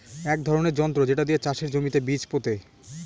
এক ধরনের যন্ত্র যেটা দিয়ে চাষের জমিতে বীজ পোতে